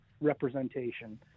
representation